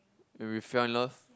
will you fell in love